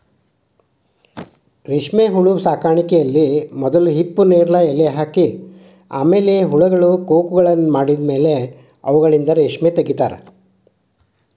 ರೇಷ್ಮೆಹುಳು ಸಾಕಾಣಿಕೆಯಲ್ಲಿ ಮೊದಲು ಹಿಪ್ಪುನೇರಲ ಎಲೆ ಹಾಕಿ ಆಮೇಲೆ ಹುಳಗಳು ಕೋಕುನ್ಗಳನ್ನ ಮಾಡಿದ್ಮೇಲೆ ಅವುಗಳಿಂದ ರೇಷ್ಮೆ ತಗಿತಾರ